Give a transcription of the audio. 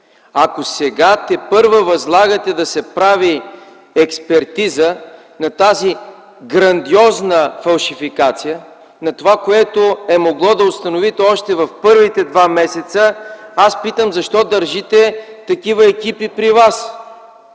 Ако сега тепърва възлагате да се прави експертиза на тази грандиозна фалшификация, на това, което е могло да установите през първите два месеца, аз питам: защо държите такива екипи при Вас?!